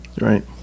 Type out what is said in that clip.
right